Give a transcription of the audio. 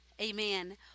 amen